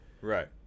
Right